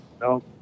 no